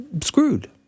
screwed